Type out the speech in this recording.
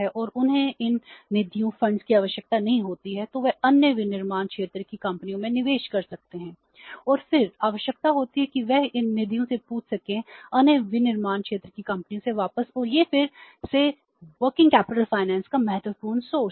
और फिर एक और स्रोत इंटर कॉरपोरेट डिपॉजिट का महत्वपूर्ण स्रोत है